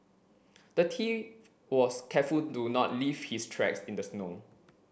the thief was careful to not leave his tracks in the snow